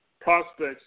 prospects